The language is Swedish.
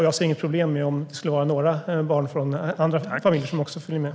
Jag ser inget problem med om det skulle vara några barn från andra familjer som följer med.